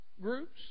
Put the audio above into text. groups